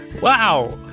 Wow